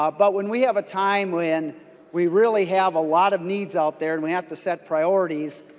ah but when we have a time when we really have a lot of needs out there and we have to set priorities